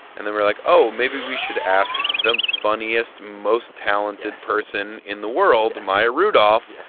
and then we're like, oh, maybe we should ask the funniest, most talented person in the world, maya rudolph,